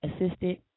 assisted